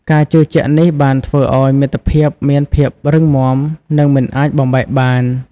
ការជឿជាក់នេះបានធ្វើឱ្យមិត្តភាពមានភាពរឹងមាំនិងមិនអាចបំបែកបាន។